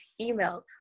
email